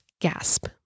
gasp